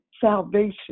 salvation